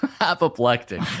apoplectic